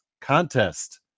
contest